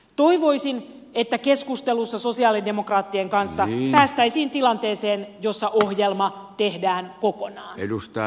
toivoisin että keskustelussa sosialidemokraattien kanssa päästäisiin tilanteeseen jossa ohjelma tehdään kokonaan